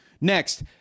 Next